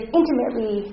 intimately